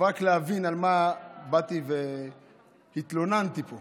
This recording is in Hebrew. אבל רק להבין על מה באתי והתלוננתי פה,